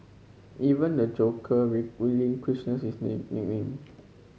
even the Joker his name